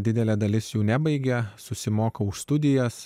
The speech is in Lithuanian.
didelė dalis jų nebaigia susimoka už studijas